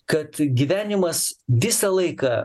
kad gyvenimas visą laiką